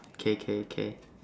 okay okay okay